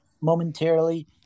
momentarily